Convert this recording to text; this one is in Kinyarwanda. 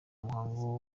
umuhango